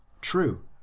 true